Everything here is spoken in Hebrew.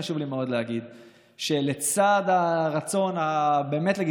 חשוב לי מאוד להגיד שלצד הרצון הבאמת-לגיטימי